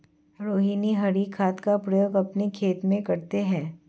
रोहिनी हरी खाद का प्रयोग अपने खेत में करती है